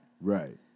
Right